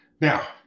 Now